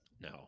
No